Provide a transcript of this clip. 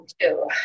two